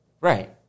Right